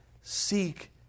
seek